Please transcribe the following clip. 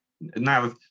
Now